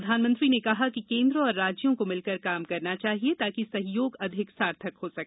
प्रधानमंत्री ने कहा कि केन्द्र और राज्यों को मिलकर काम करना चाहिए ताकि सहयोग अधिक सार्थक हो सके